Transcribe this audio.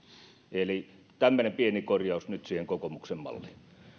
eli tämmöinen pieni korjaus nyt siihen kokoomuksen malliin